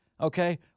Okay